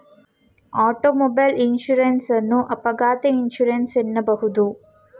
automobile insurance ಅನ್ನು ಅಪಘಾತ insurance ಎನ್ನಬಹುದು